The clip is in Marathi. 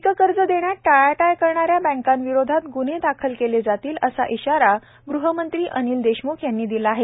पीककर्ज देण्यात टाळाटाळ करणाऱ्या बँकाविरोधात गुन्हे दाखल केले जातील असा इशारा गुहमंत्री अनिल देशमुख यांनी दिला आहे